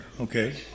okay